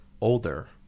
older